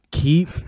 Keep